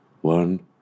One